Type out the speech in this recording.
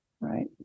right